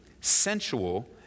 sensual